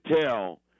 tell